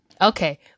Okay